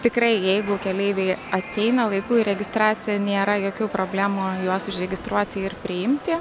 tikrai jeigu keleiviai ateina laiku į registraciją nėra jokių problemų juos užregistruoti ir priimti